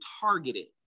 targeted